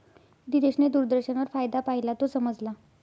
दिनेशने दूरदर्शनवर फायदा पाहिला, तो समजला